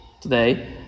today